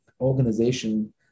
organization